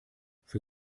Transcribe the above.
für